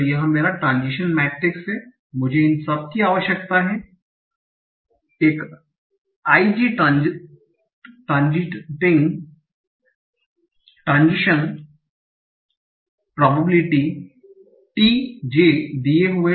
तो यह मेरा ट्रान्ज़िशन मैट्रिक्स है मुझे इन सब की आवश्यकता है एक i j transiting probability T j